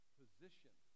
position